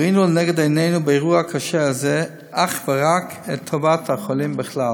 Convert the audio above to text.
ראינו לנגד עינינו באירוע הקשה הזה אך ורק את טובת החולים בכלל,